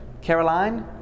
Caroline